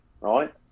right